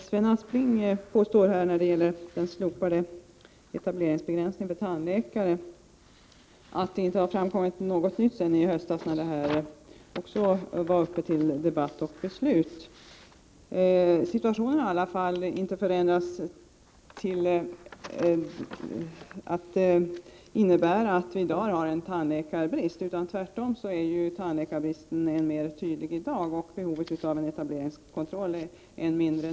Fru talman! När det gäller den slopade etableringsbegränsningen för tandläkare påstår Sven Aspling att det inte har framkommit något nytt efter det att vi i höstas debatterade frågan och fattade beslut och att situationen åtminstone inte har förändrats så att det i dag råder tandläkarbrist. Tvärtom finns ingen tandläkarbrist i dag och behov av en etableringskontroll saknas.